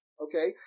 Okay